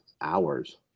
hours